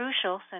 crucial